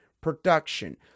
production